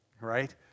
right